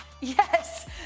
yes